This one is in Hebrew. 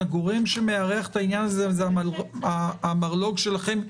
הגורם שמארח את העניין הזה זה המרלוג שלכם,